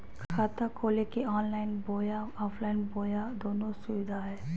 खाता खोले के ऑनलाइन बोया ऑफलाइन बोया दोनो सुविधा है?